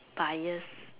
bias